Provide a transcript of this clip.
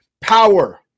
power